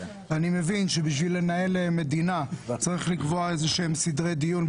אני מבין שבשביל לנהל מדינה צריך לקבוע איזשהם סדרי דיון,